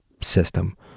system